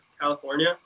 california